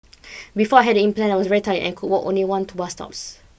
before I had the implant I was very tired and could walk only one two bus stops